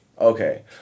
Okay